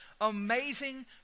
amazing